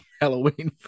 Halloween